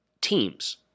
teams